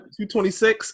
226